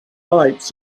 lights